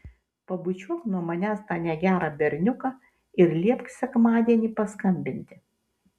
pabučiuok nuo manęs tą negerą berniuką ir liepk sekmadienį paskambinti